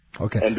Okay